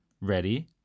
Ready